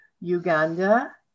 Uganda